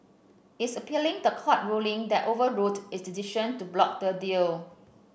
it is appealing the court ruling that overruled its decision to block the deal